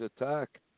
attack